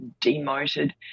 demoted